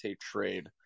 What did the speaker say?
trade